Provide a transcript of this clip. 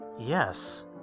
Yes